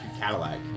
Cadillac